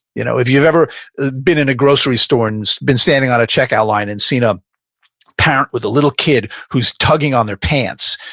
you know if you've ever been in a grocery store and been standing on a checkout line and seen a parent with a little kid who is tugging on their pants,